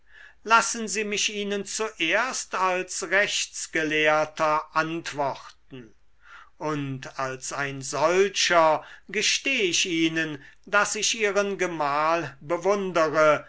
lassen sie mich ihnen zuerst als rechtsgelehrter antworten und als ein solcher gesteh ich ihnen daß ich ihren gemahl bewundere